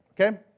okay